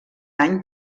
any